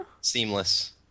seamless